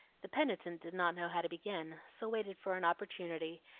the penitent did not know how to begin, so waited for an opportunity,